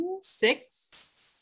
six